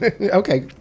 Okay